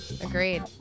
agreed